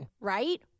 right